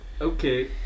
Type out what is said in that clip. Okay